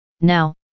now